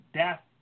death